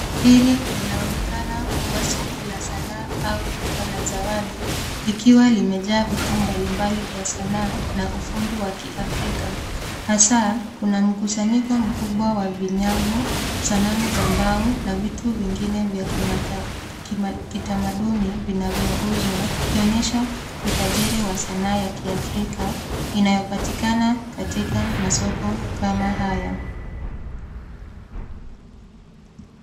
Hili linaonekana kuwa soko la sanaa au duka la zawadi likiwa limejaa vitu mbalimbali vya sanaa na ufundi wa kiafrika hasa kuna mkusanyiko mkubwa wa vinyango, sanamu za mbao na vitu vingine vya kitamaduni vinavyouzwa ikionyesha utajiri wa sanaa ya kiafrika inayopatikana katika masoko kama haya.